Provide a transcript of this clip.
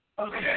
Okay